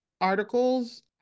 articles